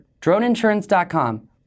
Droneinsurance.com